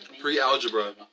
pre-algebra